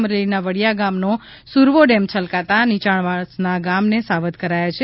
અમરેલીના વડિયા ગામનો સુરવો ડેમ છલકાતા નીચાણવાસના ગામને સાવધ કરાયા છે